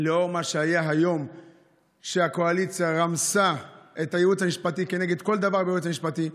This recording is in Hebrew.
שגם ככה הן נמצאות במצב כספי לא פשוט.